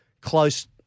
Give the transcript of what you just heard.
close